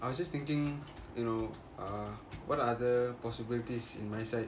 I was just thinking you know uh what other possibilities in my side